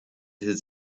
his